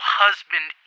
husband